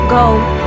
Go